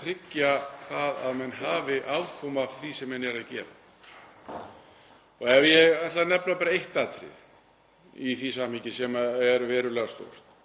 tryggja það að menn hafi afkomu af því sem þeir eru að gera? Ég ætla að nefna bara eitt atriði í því samhengi sem er verulega stórt